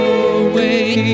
away